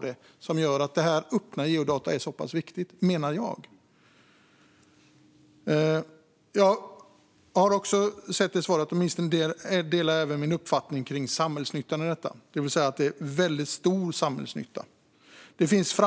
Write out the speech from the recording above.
Det är därför detta med öppna geodata är så pass viktigt, menar jag. Jag hör också i svaret att ministern delar min uppfattning om samhällsnyttan i detta, det vill säga att den är väldigt stor. Det finns